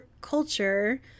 culture